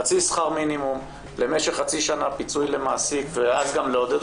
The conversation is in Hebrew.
חצי שכר מינימום למשך חצי שנה פיצוי למעסיק ואז גם לעודד